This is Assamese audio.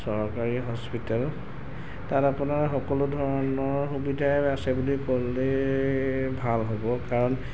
চৰকাৰী হস্পিটেল তাত আপোনাৰ সকলো ধৰণৰ সুবিধাই আছে বুলি ক'লেই ভাল হ'ব কাৰণ